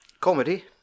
comedy